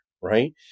right